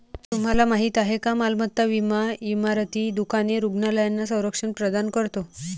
तुम्हाला माहिती आहे का मालमत्ता विमा इमारती, दुकाने, रुग्णालयांना संरक्षण प्रदान करतो